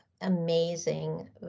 amazing